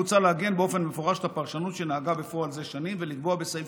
מוצע לעגן באופן מפורש את הפרשנות שנהגה בפועל זה שנים ולקבוע בסעיף